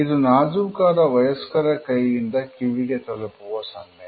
ಇದು ನಾಜೂಕಾದ ವಯಸ್ಕರ ಕೈಯಿಂದ ಕಿವಿಗೆ ತಲುಪುವ ಸನ್ನೆ